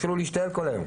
הם התחילו להשתעל כל היום.